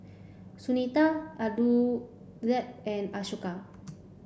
Sunita Aurangzeb and Ashoka